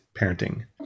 parenting